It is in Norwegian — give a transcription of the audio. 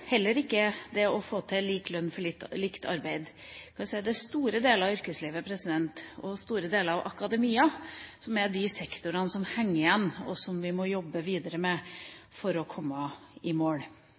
heller ikke med det å få til lik lønn for likt arbeid. Store deler av yrkeslivet og store deler av akademia er de sektorene som henger igjen, og som vi må jobbe videre med